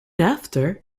after